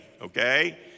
okay